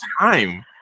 time